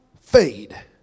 fade